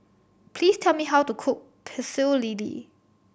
please tell me how to cook Pecel Lele